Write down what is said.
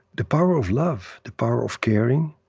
the power of love, the power of caring,